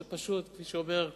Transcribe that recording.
זה פשוט, כפי שאומר קהלת,